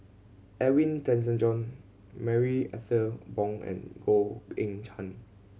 Edwin Tessensohn Marie Ethel Bong and Goh Eng Han